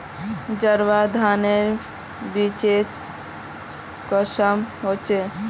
जसवा धानेर बिच्ची कुंसम होचए?